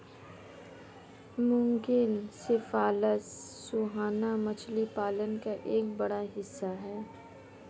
मुगिल cephalus मुहाना मछली पालन का एक बड़ा हिस्सा है